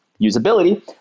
usability